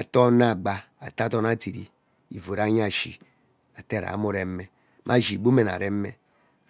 ite ono agba ete adon adiri ivuu ranye ashi igbu mme anereme